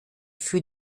für